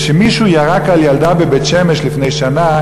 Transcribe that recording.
כשמישהו ירק על ילדה בבית-שמש לפני שנה